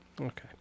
Okay